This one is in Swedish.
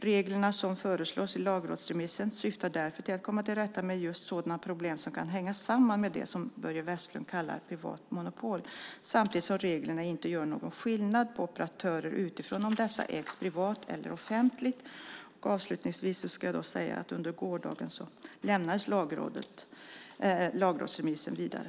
Reglerna som föreslås i lagrådsremissen syftar därför till att komma till rätta med just sådana problem som kan hänga samman med det som Börje Vestlund kallar "privat monopol" samtidigt som reglerna inte gör någon skillnad på operatörer utifrån om dessa ägs privat eller offentligt. Avslutningsvis vill jag säga att under gårdagen lämnades lagrådsremissen vidare.